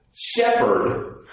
shepherd